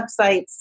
websites